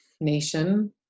nation